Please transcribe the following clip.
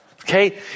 Okay